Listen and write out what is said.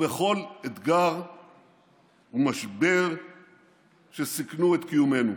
ובכל אתגר ומשבר שסיכנו את קיומנו.